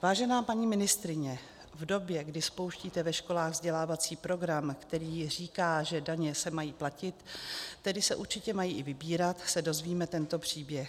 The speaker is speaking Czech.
Vážená paní ministryně, v době, kdy spouštíte ve školách vzdělávací program, který říká, že daně se mají platit, tedy se určitě mají i vybírat, se dozvíme tento příběh.